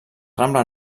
rambla